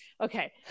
Okay